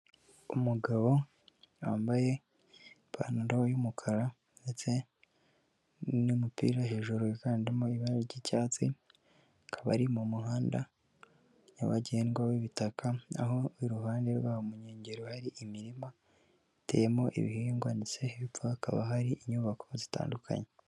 Umugabo wambaye ipantaro y'umukara ndetse n'umupira, hejuru higanjemo ibara ry'icyatsi, kabari mu muhanda nyabagendwa w'ibitaka, aho iruhande rwawo mu nkengero hari imirima, iteyemo ibihingwa ndetsehepfo hakaba hari inyubako zitandukanye.